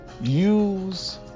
Use